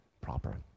proper